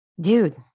Dude